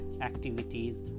activities